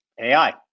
AI